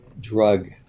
drug